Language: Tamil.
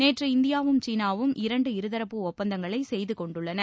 நேற்று இந்தியாவும் சீனாவும் இரண்டு இருதரப்பு ஒப்பந்தங்களை செய்து கொண்டுள்ளன